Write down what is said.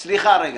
סליחה, רגע.